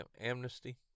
Amnesty